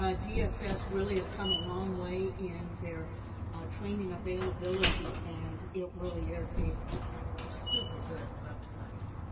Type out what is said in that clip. ah dss really has come a long way in their training availability and it really is a super good website.